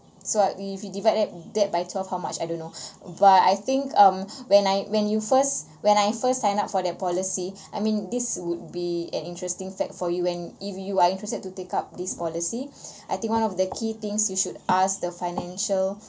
so if you divide that that by twelve how much I don't know but I think um when I when you first when I first signed up for their policy I mean this would be an interesting fact for you when if you are interested to take up this policy I think one of the key things you should ask the financial